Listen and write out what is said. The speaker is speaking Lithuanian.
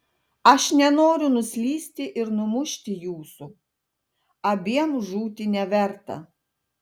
aš nenoriu nuslysti ir numušti jūsų abiem žūti neverta